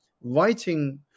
Writing